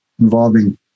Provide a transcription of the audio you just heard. involving